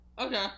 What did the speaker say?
Okay